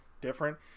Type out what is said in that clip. different